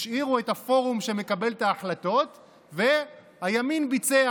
השאירו את הפורום שמקבל את ההחלטות והימין ביצע.